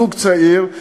זוג צעיר,